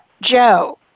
Joe